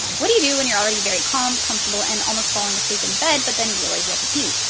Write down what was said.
what do you do when you're already very calm, comfortable, and almost falling asleep in bed but then realize you have to pee?